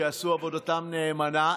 שעשו עבודתם נאמנה.